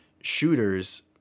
shooters